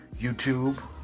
YouTube